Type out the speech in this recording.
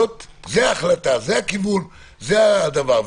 זו ההחלטה, זה הכיוון, זה הדבר.